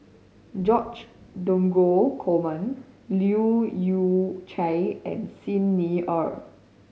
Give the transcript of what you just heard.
George Dromgold Coleman Leu Yew Chye and Xi Ni Er